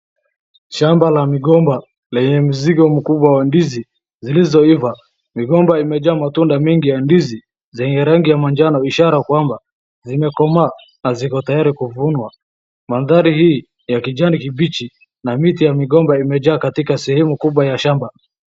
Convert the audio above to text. Shamba la mgomba lenye mzigo mkubwa wa ndizi zilizoiva. Migomba imejaa matunda mengi ya ndizi zenye rangi ya majano ishara kwamba zimekomaa na ziko tayari kuvunwa. Manthari hii ni ya kijani kibichi na miti ya migomba imejaa katika sehemu kubwa ya shamba.